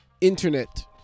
internet